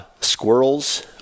squirrels